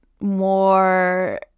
more